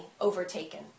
overtaken